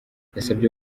yasabye